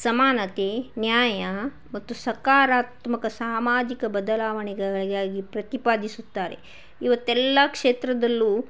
ಸಮಾನತೆ ನ್ಯಾಯ ಮತ್ತು ಸಕಾರಾತ್ಮಕ ಸಾಮಾಜಿಕ ಬದಲಾವಣೆಗಳಿಗಾಗಿ ಪ್ರತಿಪಾದಿಸುತ್ತಾರೆ ಇವತ್ತೆಲ್ಲ ಕ್ಷೇತ್ರದಲ್ಲೂ